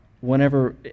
whenever